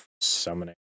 summoning